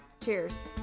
Cheers